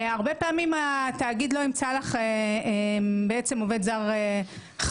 הרבה פעמים התאגיד לא ימצא לך בעצם עובד זר חלופי,